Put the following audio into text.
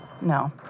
no